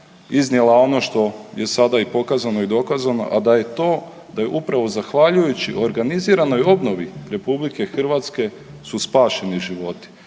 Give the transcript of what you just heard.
iznijela ono što je sada i pokazano i dokazano, a da je to da je upravo zahvaljujući organiziranoj obnovi Republike Hrvatske su spašeni životi.